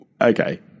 okay